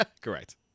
Correct